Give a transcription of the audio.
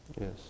Yes